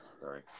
Sorry